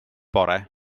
bore